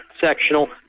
sectional